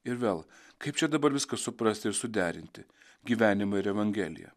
ir vėl kaip čia dabar viską suprasti ir suderinti gyvenimą ir evangeliją